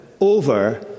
over